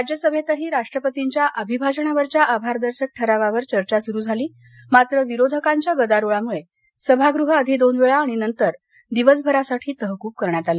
राज्यसभेतही राष्ट्रपतींच्या अभिभाषणावरच्या आभारदर्शक ठरवावर चर्चा सुरू झाली मात्र विरोधकांच्या गदारोळामुळे सभागृह आधी दोनवेळा आणि नंतर दिवसभरासाठी तहकूब करण्यात आलं